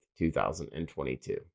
2022